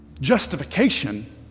Justification